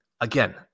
again